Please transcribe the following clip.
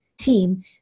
team